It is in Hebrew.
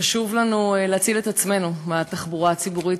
חשוב לנו להציל את עצמנו מהתחבורה הציבורית,